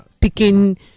picking